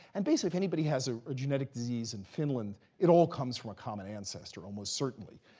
and basically, if anybody has ah a genetic disease in finland, it all comes from a common ancestor, almost certainly.